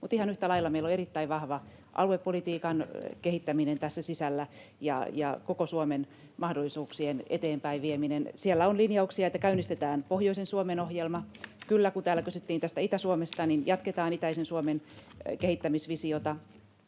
mutta ihan yhtä lailla meillä on erittäin vahva aluepolitiikan kehittäminen ja koko Suomen mahdollisuuksien eteenpäinvieminen tässä sisällä. Siellä on linjauksia, että käynnistetään pohjoisen Suomen ohjelma. Kun täällä kysyttiin Itä-Suomesta, niin kyllä, jatketaan itäisen Suomen kehittämisvisiota.